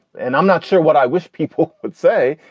and i'm not sure what i wish people would say,